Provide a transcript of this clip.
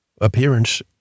appearance